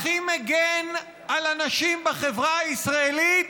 הכי מגן על אנשים בחברה הישראלית